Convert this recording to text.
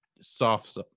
soft